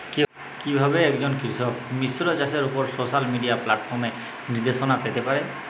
কিভাবে একজন কৃষক মিশ্র চাষের উপর সোশ্যাল মিডিয়া প্ল্যাটফর্মে নির্দেশনা পেতে পারে?